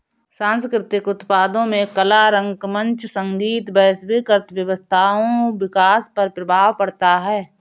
सांस्कृतिक उत्पादों में कला रंगमंच संगीत वैश्विक अर्थव्यवस्थाओं विकास पर प्रभाव पड़ता है